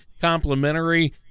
complimentary